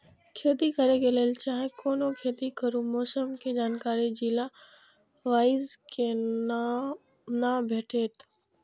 खेती करे के लेल चाहै कोनो खेती करू मौसम के जानकारी जिला वाईज के ना भेटेत?